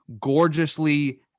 gorgeously